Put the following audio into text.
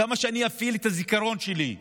כמה שאני אפעיל את הזיכרון שלי.